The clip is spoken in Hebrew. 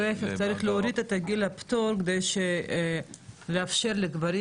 צריך להוריד את גיל הפטור כדי לאפשר לגברים